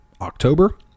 October